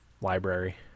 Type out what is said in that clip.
library